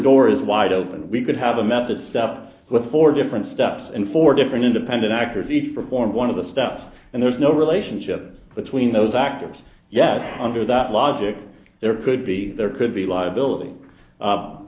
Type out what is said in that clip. door is wide open we could have a method staffed with four different steps and four different independent actors each performed one of the steps and there's no relationship between those actors yet under that logic there could be there could be liability